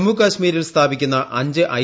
ജമ്മുകാശ്മീരിൽ സ്ഥാപിക്കുന്ന അഞ്ച് ഐ